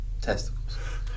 testicles